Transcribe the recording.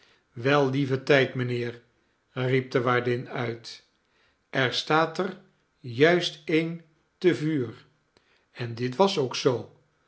wel lieve tijd mijnheer riep de waardin nit er staat er juist een te vuur en dit was ook zoo